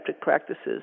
practices